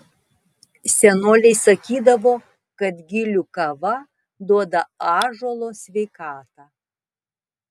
senoliai sakydavo kad gilių kava duoda ąžuolo sveikatą